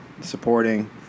supporting